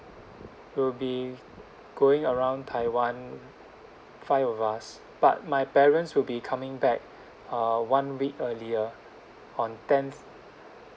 we'll be going around taiwan five of us but my parents will be coming back uh one week earlier on tenth